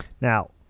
Now